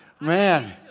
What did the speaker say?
Man